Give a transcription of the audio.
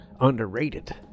underrated